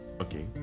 okay